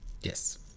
Yes